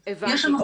--- הבנתי.